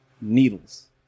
Needles